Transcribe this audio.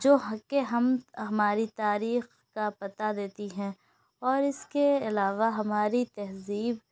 جو ہے کہ ہم ہماری تاریخ کا پتا دیتی ہیں اور اس کے علاوہ ہماری تہذیب